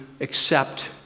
accept